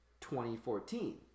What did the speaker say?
2014